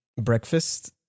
breakfast